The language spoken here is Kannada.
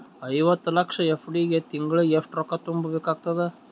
ಐವತ್ತು ಲಕ್ಷ ಎಫ್.ಡಿ ಗೆ ತಿಂಗಳಿಗೆ ಎಷ್ಟು ರೊಕ್ಕ ತುಂಬಾ ಬೇಕಾಗತದ?